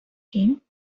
him